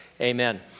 amen